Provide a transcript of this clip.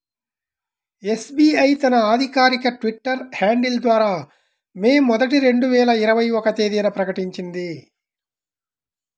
SBI తన అధికారిక Twitter handle ద్వారా మే మొదటి, రెండు వేల ఇరవై ఒక్క తేదీన ప్రకటించింది